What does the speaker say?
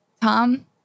Tom